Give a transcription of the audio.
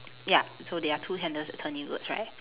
ya so there are two handles that turn inwards right